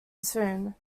soon